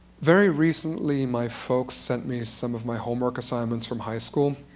very recently my folks sent me some of my homework assignments from high school.